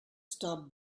stop